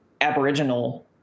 aboriginal